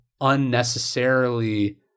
unnecessarily